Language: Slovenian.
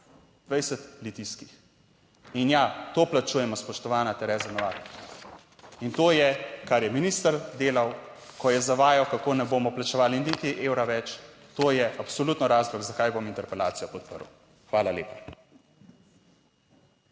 20 Litijskih. In ja, to plačujemo, spoštovana Tereza Novak. In to je kar je minister delal, ko je zavajal kako ne bomo plačevali niti evra več, to je absolutno razlog zakaj bom interpelacijo podprl. Hvala lepa.